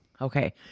Okay